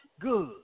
good